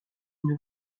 une